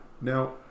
Now